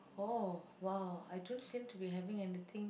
oh !wow! I don't same to be having anything